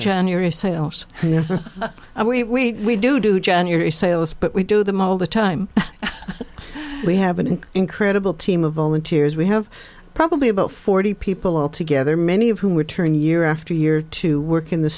january sales and we do january sales but we do them all the time we have an incredible team of volunteers we have probably about forty people altogether many of whom were turned year after year to work in the